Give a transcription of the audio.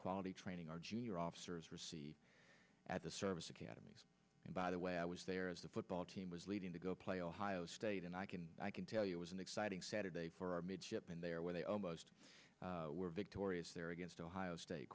quality training our junior officers receive at the service academies and by the way i was there as the football team was leaving to go play ohio state and i can i can tell you it was an exciting saturday for midshipmen there where they almost were victorious there against ohio state